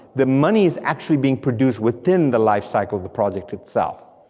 the money's actually being produced within the life cycle of the project itself,